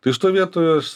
tai šitoj vietoj aš